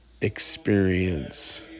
experience